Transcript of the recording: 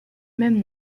même